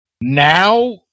Now